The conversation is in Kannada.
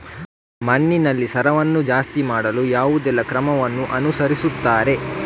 ಮಣ್ಣಿನಲ್ಲಿ ಸಾರವನ್ನು ಜಾಸ್ತಿ ಮಾಡಲು ಯಾವುದೆಲ್ಲ ಕ್ರಮವನ್ನು ಅನುಸರಿಸುತ್ತಾರೆ